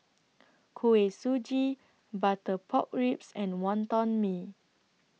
Kuih Suji Butter Pork Ribs and Wonton Mee